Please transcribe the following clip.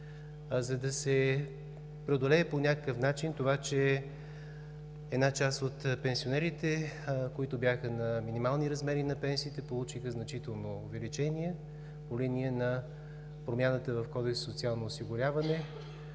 За да се преодолее по някакъв начин това, че една част от пенсионерите, които бяха на минимален размер на пенсията, получиха значително увеличение по линия на промяната в Кодекса за социално осигуряване,